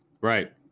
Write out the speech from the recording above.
Right